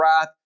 wrath